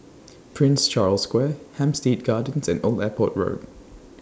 Prince Charles Square Hampstead Gardens and Old Airport Road